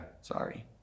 sorry